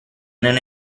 non